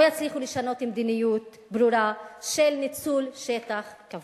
לא יצליחו לשנות מדיניות ברורה של ניצול שטח כבוש.